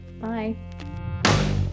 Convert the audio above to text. Bye